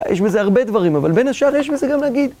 יש בזה הרבה דברים, אבל בין השאר יש בזה גם להגיד...